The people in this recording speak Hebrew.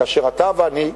כאשר אתה ואני,